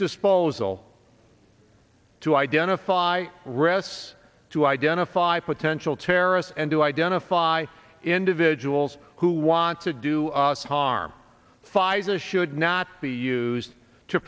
disposal to identify rests to identify potential terrorists and to identify individual jewels who wants to do us harm pfizer should not be used to